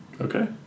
Okay